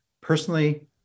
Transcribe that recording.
personally